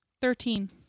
Thirteen